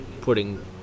putting